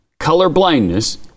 colorblindness